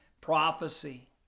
prophecy